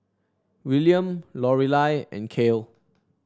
William Lorelai and Kale